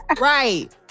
Right